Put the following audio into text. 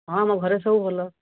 ହଁ ମୋ ଘରେ ସବୁ ଭଲ